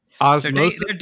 Osmosis